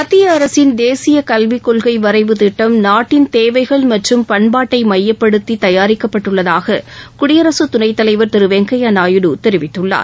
மத்திய அரசின் தேசிய கல்வி கொள்கை வரைவு திட்டம் நாட்டின் தேவைகள் மற்றும் பண்பாட்டை மையப்படுததி தயாரிக்கப்பட்டுள்ளதாக குடியரசுத் துணைத் தலைவா் திரு வெங்கையா நாயுடு தெரிவித்துள்ளார்